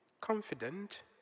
confident